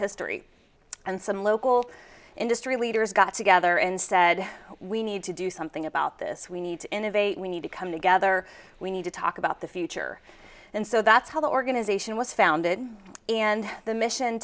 history and some local industry leaders got together and said we need to do something about this we need to innovate we need to come together we need to talk about the future and so that's how the organization was founded and the mission